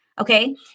Okay